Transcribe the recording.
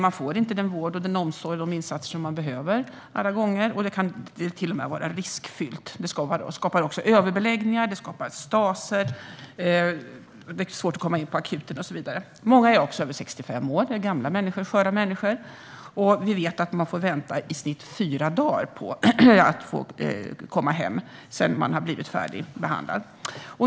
Man får inte alla gånger den vård och omsorg och de insatser som man behöver. Det kan till och med vara riskfyllt. Dessutom skapar det överbeläggningar och staser, och det är svårt att komma in på akuten. Många är över 65 år. Det handlar om gamla och sköra människor. Vi vet att man i snitt får vänta fyra dagar på att få komma hem sedan man har blivit färdigbehandlad.